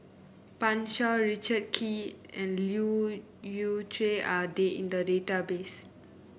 Pan Shou Richard Kee and Leu Yew Chye are they in the database